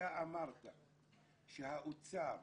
אתה אמרת ששר האוצר,